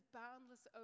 boundless